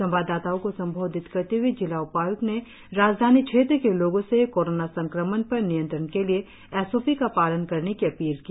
संवाददाताओं को संबोधित करते हुए जिला उपाय्क्त ने राजधानी क्षेत्र के लोगों से कोरोना संक्रमण पर नियंत्रण के लिए एस ओ पी का पालन करने की अपील की